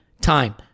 time